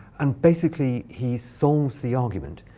and basically, he solves the argument,